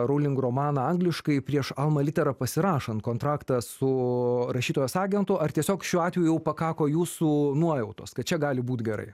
rowling romaną angliškai prieš alma litera pasirašant kontraktą su rašytojos agentu ar tiesiog šiuo atveju jau pakako jūsų nuojautos kad čia gali būt gerai